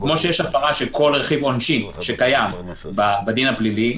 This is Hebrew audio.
כמו שיש הפרה של כל רכיב עונשי שקיים בדין הפלילי,